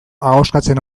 ahoskatzen